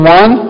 one